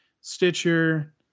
Stitcher